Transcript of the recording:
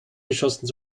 geschossen